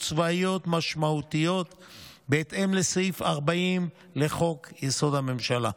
צבאיות משמעותיות בהתאם לסעיף 40 לחוק-יסוד: הממשלה.